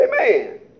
Amen